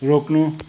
रोक्नु